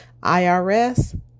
IRS